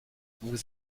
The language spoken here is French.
vous